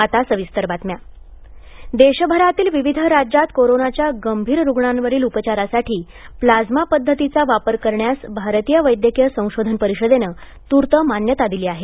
आता सविस्तर बातम्या प्लाइमा देशभरातील विविध राज्यात कोरोनाच्या गंभीर रुग्णांवरील उपचारासाठी प्लाझ्मा पद्धतीचा वापर करण्यास भारतीय वैद्यकीय संशोधन परिषदेनं तूर्त मान्यता दिली आहे